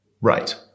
Right